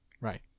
Right